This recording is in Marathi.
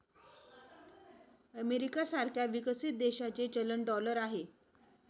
अमेरिका सारख्या विकसित देशाचे चलन डॉलर आहे